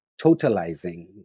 totalizing